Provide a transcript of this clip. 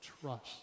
trust